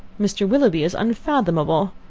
mr. willoughby is unfathomable!